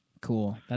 Cool